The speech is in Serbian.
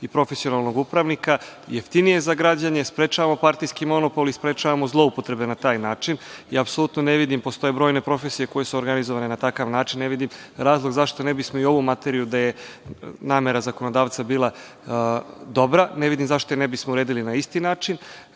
i profesionalnog upravnika. Jeftinije je za građane, sprečavamo partijski monopol i sprečavamo zloupotrebe na taj način i apsolutno ne vidim, postoje brojne profesije koje su organizovane na takav način, ne vidim razlog zašto ne bismo i ovu materiju, gde je namera zakonodavca bila dobra, uredili na isti